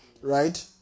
right